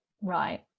Right